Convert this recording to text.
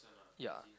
ya